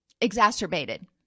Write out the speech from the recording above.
Exacerbated